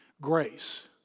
Grace